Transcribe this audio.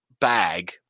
bag